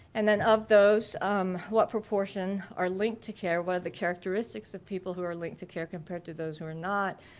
and then of those um what proportion are linked to care, what are the characteristics of people who are linked to care compared to those who are not,